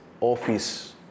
office